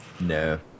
No